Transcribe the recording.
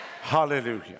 Hallelujah